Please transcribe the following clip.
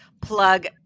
plug